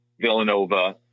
Villanova